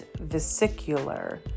vesicular